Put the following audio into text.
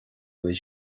bhfuil